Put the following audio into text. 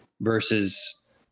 versus